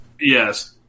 Yes